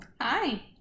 Hi